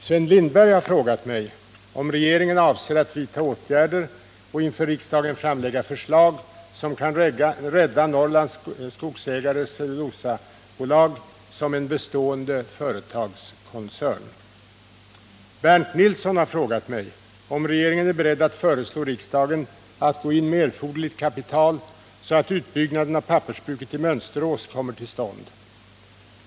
Sven Lindberg har frågat mig om regeringen avser att vidta åtgärder och inför riksdagen framlägga förslag som kan rädda Norrlands Skogsägares Cellulosa AB som en bestående företagskoncern. Bernt Nilsson har frågat mig om regeringen är beredd att föreslå riksdagen att gå in med erforderligt kapital så att utbyggnaden av pappersbruket i Mönsterås kommer till stånd.